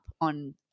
on